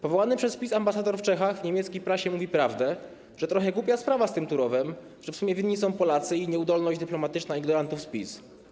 Powołany przez PiS ambasador w Czechach w niemieckiej prasie mówi prawdę, że trochę głupia sprawa z tym Turowem, że w sumie winni są Polacy i nieudolność dyplomatyczna ignorantów z PiS.